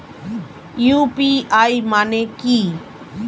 UPI মানে কি?